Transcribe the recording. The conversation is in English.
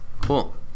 Cool